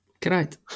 Correct